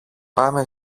πάμε